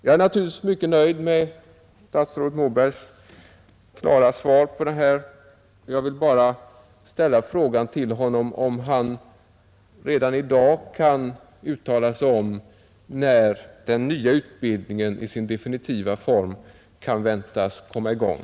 Jag är mycket nöjd med statsrådet Mobergs klara svar, och jag vill bara fråga honom om han redan i dag kan uttala sig om när den nya utbildningen i sin definitiva form kan väntas komma i gång.